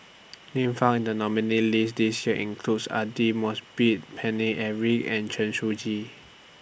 Names found in The nominees' list This Year includes Aidli Mosbit Paine Eric and Chen Shiji